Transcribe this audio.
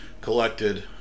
collected